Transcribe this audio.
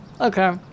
Okay